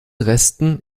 resten